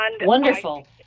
Wonderful